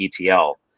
ETL